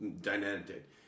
Dynamic